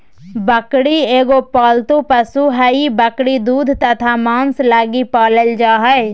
बकरी एगो पालतू पशु हइ, बकरी दूध तथा मांस लगी पालल जा हइ